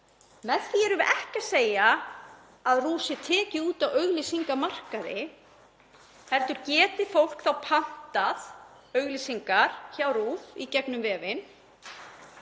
Með því erum við ekki að segja að RÚV sé tekið út af auglýsingamarkaði heldur geti fólk þá pantað auglýsingar hjá RÚV í gegnum vefinn.